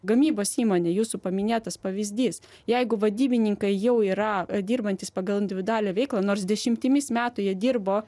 gamybos įmonė jūsų paminėtas pavyzdys jeigu vadybininkai jau yra dirbantys pagal individualią veiklą nors dešimtimis metų jie dirbo